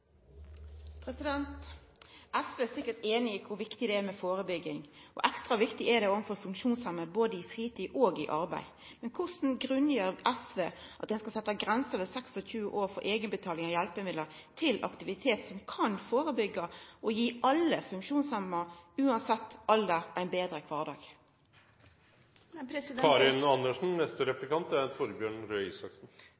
både i fritid og i arbeid. Men korleis grunngir SV at ein skal setja grensa ved 26 år for eigenbetaling for hjelpemiddel til aktivitet som kan førebyggja og gi alle funksjonshemma uansett alder ein betre kvardag?